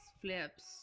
flips